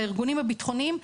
לארגונים הביטחוניים,